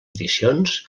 edicions